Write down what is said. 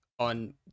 On